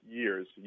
years